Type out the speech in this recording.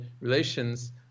relations